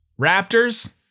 Raptors